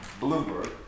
Bloomberg